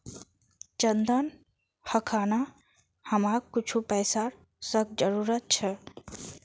चंदन अखना हमाक कुछू पैसार सख्त जरूरत छ